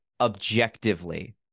objectively